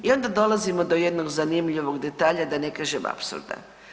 I onda dolazimo do jednog zanimljivog detalja, da ne kažem apsurda.